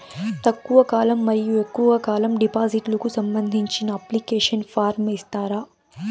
తక్కువ కాలం మరియు ఎక్కువగా కాలం డిపాజిట్లు కు సంబంధించిన అప్లికేషన్ ఫార్మ్ ఇస్తారా?